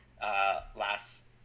last